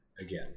again